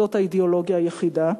זאת האידיאולוגיה היחידה.